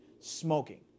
smoking